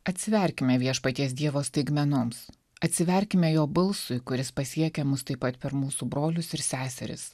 atsiverkime viešpaties dievo staigmenoms atsiverkime jo balsui kuris pasiekia mus taip pat per mūsų brolius ir seseris